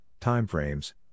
timeframes